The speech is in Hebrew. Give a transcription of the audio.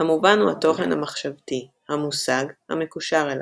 המובן הוא התוכן המחשבתי – המושג – המקושר אליו,